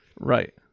right